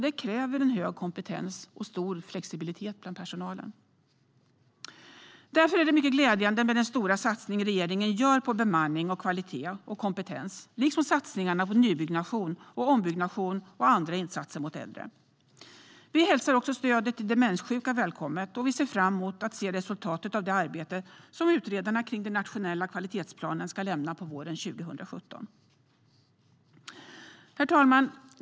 Det kräver hög kompetens och stor flexibilitet bland personalen. Därför är det mycket glädjande med den stora satsning regeringen gör på bemanning, kvalitet och kompetens, liksom satsningarna på nybyggnation, ombyggnation och andra insatser riktade mot äldre. Vi hälsar också stödet till demenssjuka välkommet och ser fram emot resultatet av det arbete som utredarna av den nationella kvalitetsplanen ska lämna våren 2017. Herr talman!